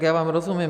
Já vám rozumím.